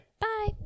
Bye